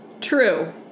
True